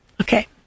Okay